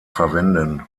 verwenden